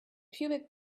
pubic